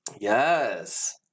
yes